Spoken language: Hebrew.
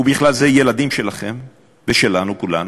ובכלל זה ילדים שלכם ושלנו כולנו,